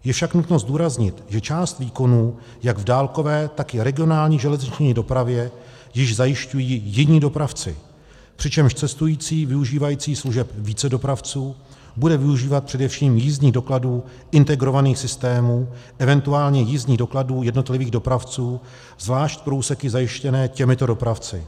Je však nutno zdůraznit, že část výkonů jak v dálkové, tak i v regionální železniční dopravě již zajišťují jiní dopravci, přičemž cestující využívající služeb více dopravců bude využívat především jízdních dokladů integrovaných systémů, eventuálně jízdních dokladů jednotlivých dopravců zvlášť pro úseky zajištěné těmito dopravci.